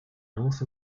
north